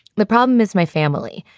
the problem is my family,